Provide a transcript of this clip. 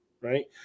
right